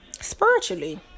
Spiritually